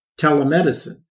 telemedicine